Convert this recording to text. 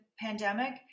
pandemic